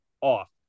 off